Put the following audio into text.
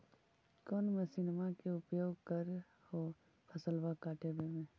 कौन मसिंनमा के उपयोग कर हो फसलबा काटबे में?